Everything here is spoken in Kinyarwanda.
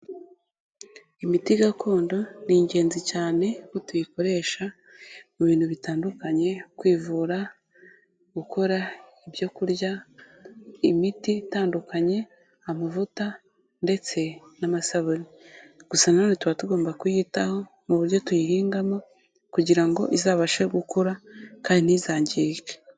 Imiti gakondo ni ingenzi cyane ko tuyikoresha mu bintu bitandukanye kwivura, gukora ibyokurya, imiti itandukanye, amavuta ndetse n'amasabune. Gusa na none tuba tugomba kuyitaho mu buryo tuyihingamo kugira ngo izabashe gukura kandi ntizangirike.